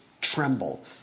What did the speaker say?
tremble